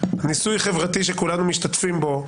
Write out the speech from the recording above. ניסוי חברתי שכולנו משתתפים בו,